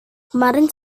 kemarin